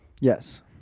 Yes